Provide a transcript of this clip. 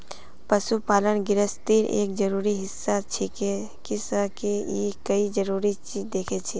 पशुपालन गिरहस्तीर एक जरूरी हिस्सा छिके किसअ के ई कई जरूरी चीज दिछेक